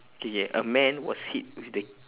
okay okay a man was hit with the